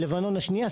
לבנון השנייה,